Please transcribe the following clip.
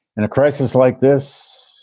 in a crisis like this.